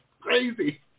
crazy